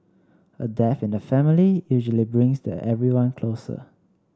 a death in the family usually brings the everyone closer